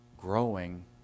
growing